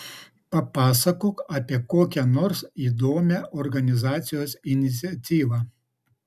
papasakok apie kokią nors įdomią organizacijos iniciatyvą